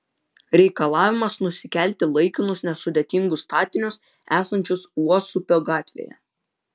reikalavimas nusikelti laikinus nesudėtingus statinius esančius uosupio gatvėje